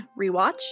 Rewatch